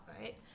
right